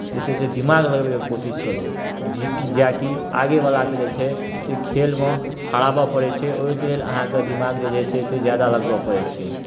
जे छै से दिमाग लगबयके कोशिश करू जि कि जाकि आगेवलाके जे छै से खेलमे हराबय पड़ै छै ओहिके लेल अहाँके दिमाग जे छै से ज्यादा लगबय पड़ै छै